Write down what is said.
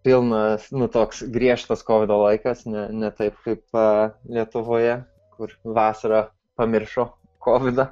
pilnas nu toks griežtas kovido laikas ne ne taip kaip lietuvoje kur vasarą pamiršo kovidą